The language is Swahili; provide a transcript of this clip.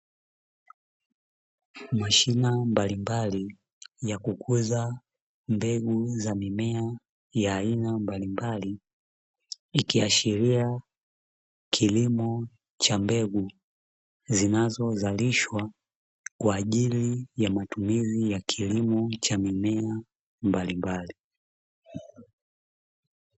Mashina mbalimbali ya kukuza mbegu za mimea ya aina mbalimbali, ikiashiria kilimo cha mbegu zinazozalishwa kwa ajili ya matumizi ya kilimo cha mimea mbalimabli.